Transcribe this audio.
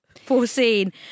foreseen